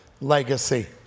legacy